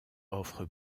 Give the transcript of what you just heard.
offre